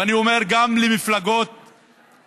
ואני אומר גם למפלגות אחרות: